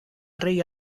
rey